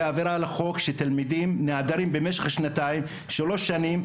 זו עבירה על החוק כשתלמיד נעדר מבתי הספר במשך שנתיים ושלוש שנים,